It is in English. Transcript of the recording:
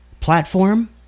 platform